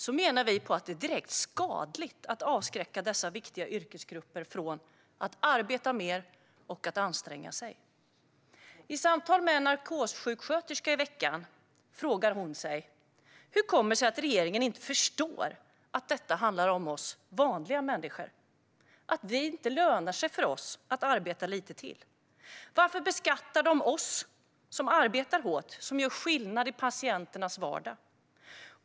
Vi menar att det är direkt skadligt att avskräcka dessa viktiga yrkesgrupper från att arbeta mer och att anstränga sig. I ett samtal jag hade med en narkossjuksköterska i veckan frågade hon: Hur kommer det sig att regeringen inte förstår att detta handlar om oss vanliga människor, att det inte kommer att löna sig för oss att arbeta lite till? Varför beskattar de oss som arbetar hårt och som gör skillnad i patienternas vardag?